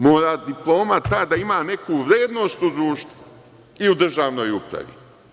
Mora ta diploma da ima neku vrednost u društvu i u državnoj upravi.